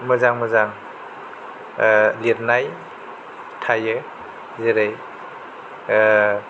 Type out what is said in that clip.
मोजां मोजां लिरनाय थायो जेरै